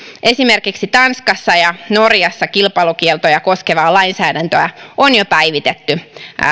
esimerkiksi tanskassa ja norjassa kilpailukieltoja koskevaa lainsäädäntöä on jo päivitetty